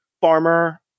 farmer